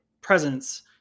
presence